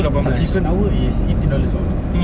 subsequent hour is eighteen dollar as well ah